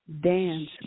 dance